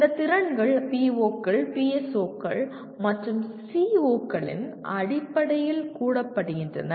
இந்த திறன்கள் PO கள் PSO கள் மற்றும் CO களின் அடிப்படையில் கூறப்படுகின்றன